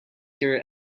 hear